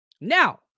Now